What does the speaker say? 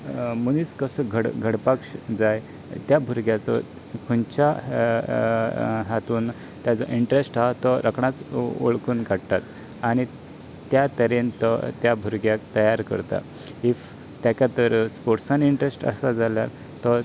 मनीस कसो गड घडपाक जाय त्या भुरग्याचो खंयच्या हातून ताजो इंटरेस्ट आसा तो रोखडोच वळकून काडटात आनी त्या तरेन तो त्या भुरग्याक तयार करता इफ ताका तर स्पोर्टसान इंटरेस्ट आसा जाल्या तो